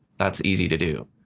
that's easy to do.